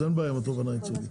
אז אין בעיה עם תובענות ייצוגיות.